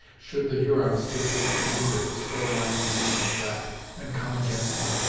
should the hurons take to the canoe that was still lying beneath the trap, and come against them.